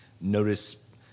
notice